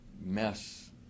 mess